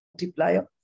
multiplier